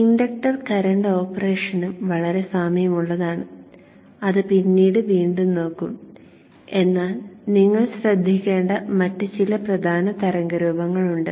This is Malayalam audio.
ഇൻഡക്ടർ കറന്റ് ഓപ്പറേഷനും വളരെ സാമ്യമുള്ളതാണ് അത് പിന്നീട് വീണ്ടും നോക്കും എന്നാൽ നിങ്ങൾ ശ്രദ്ധിക്കേണ്ട മറ്റ് ചില പ്രധാന തരംഗരൂപങ്ങളുണ്ട്